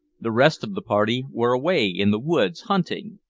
the rest of the party were away in the woods hunting.